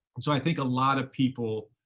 and so i think a lot of people